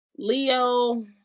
Leo